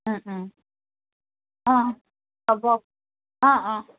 অঁ হ'ব অঁ অঁ